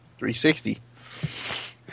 360